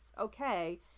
okay